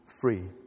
free